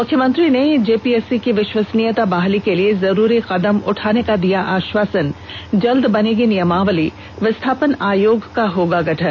मुख्यमंत्री ने जेपीएससी की विष्वसनीयता बहाली के लिए जरूरी कदम उठाने का दिया अष्वासन जल्द बनेगी नियमावली विस्थापन आयोग का होगा गठन